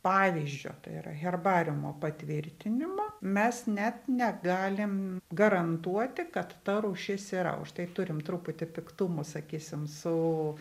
pavyzdžio tai yra herbariumo patvirtinimo mes net negalim garantuoti kad ta rūšis yra už tai turim truputį piktumų sakysim su